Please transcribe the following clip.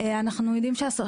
אנחנו יודעים,